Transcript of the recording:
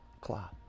claw